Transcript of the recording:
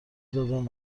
دادن